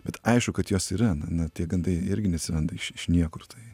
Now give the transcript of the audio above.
bet aišku kad jos yra tie gandai irgi neatsiranda iš iš niekur tai